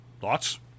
Thoughts